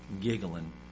giggling